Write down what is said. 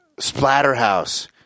Splatterhouse